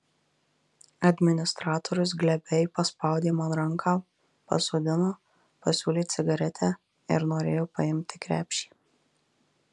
administratorius glebiai paspaudė man ranką pasodino pasiūlė cigaretę ir norėjo paimti krepšį